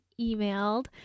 emailed